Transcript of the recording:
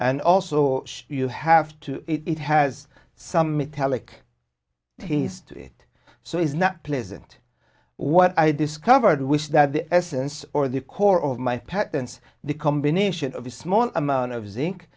and also you have to it has some metallic tista it so is not pleasant what i discovered was that the essence or the core of my patents the combination of a small amount of zinc